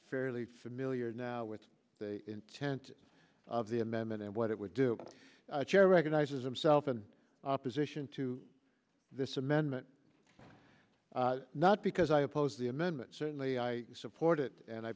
fairly familiar with the intent of the amendment and what it would do chair recognizes himself in opposition to this amendment not because i oppose the amendment certainly i support it and i